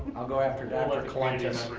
i'll go after dr. clentus.